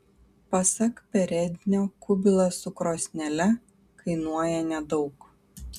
pasak perednio kubilas su krosnele kainuoja nedaug